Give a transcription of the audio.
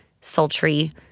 sultry